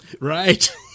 Right